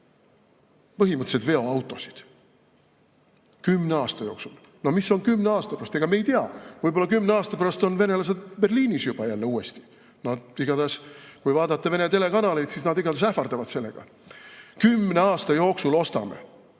põhimõtteliselt veoautosid. Kümne aasta jooksul! Mis on kümne aasta pärast? Ega me ei tea, võib-olla kümne aasta pärast on venelased Berliinis juba uuesti. Nad igatahes, kui vaadata Vene telekanaleid, ähvardavad sellega. Kümne aasta jooksul ostame!